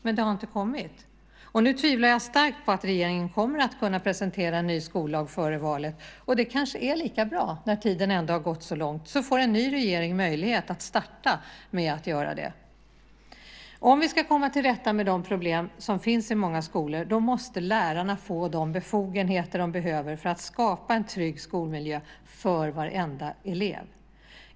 Men det har inte kommit, och nu tvivlar jag starkt på att regeringen kommer att kunna presentera en ny skollag före valet. Det kanske är lika bra, när det nu gått så lång tid. Då får en ny regering möjlighet att starta med att göra det. Om vi ska komma till rätta med de problem som finns i många skolor måste lärarna få de befogenheter de behöver för att skapa en trygg skolmiljö för varenda elev.